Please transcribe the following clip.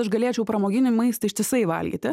aš galėčiau pramoginį maistą ištisai valgyti